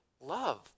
love